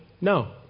no